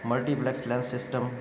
multiplex less system